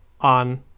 on